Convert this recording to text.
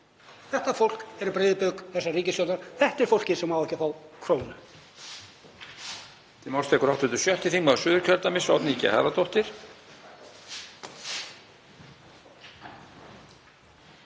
Þetta fólk eru breiðu bök þessarar ríkisstjórnar. Þetta er fólkið sem á ekki að fá krónu.